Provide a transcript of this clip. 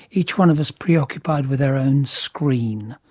each one of us pre-occupied with our own screen.